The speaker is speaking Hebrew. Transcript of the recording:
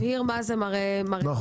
נבהיר מה זה מראה דומה.